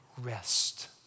rest